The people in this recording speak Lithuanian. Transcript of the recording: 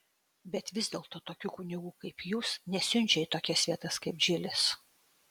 bet vis dėlto tokių kunigų kaip jūs nesiunčia į tokias vietas kaip džilis